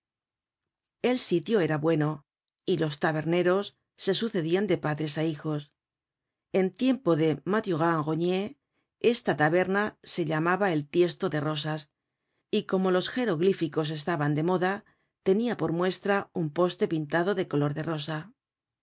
el sitio era bueno y los taberneros se sucedian de padres á hijos en tiempo de maturin rognier esta taberna se llamaba el tiesto de rosas y como los geroglíficos estaban de moda tenia por muestra un poste pintado de color de rosa